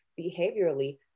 Behaviorally